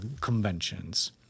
conventions